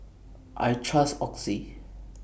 I Trust Oxy